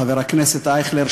חבר הכנסת אייכלר,